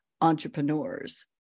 entrepreneurs